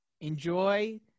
enjoy